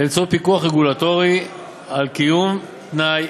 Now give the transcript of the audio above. באמצעות פיקוח רגולטורי על קיום תנאי